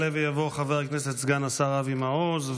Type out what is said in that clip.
יעלה ויבוא חבר הכנסת וסגן השר אבי מעוז,